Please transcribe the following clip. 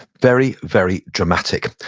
very, very, dramatic.